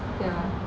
ya